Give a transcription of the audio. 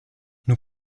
nous